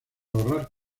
ahorrar